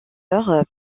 sœur